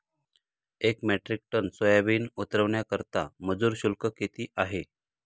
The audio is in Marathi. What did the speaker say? एक मेट्रिक टन सोयाबीन उतरवण्याकरता मजूर शुल्क किती आहे?